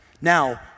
Now